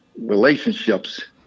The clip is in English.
relationships